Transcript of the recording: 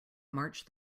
march